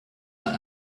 that